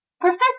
Professor